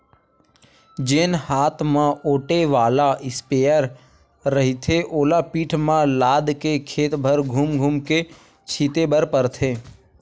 जेन हात म ओटे वाला इस्पेयर रहिथे ओला पीठ म लादके खेत भर धूम धूम के छिते बर परथे